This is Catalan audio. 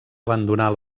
abandonar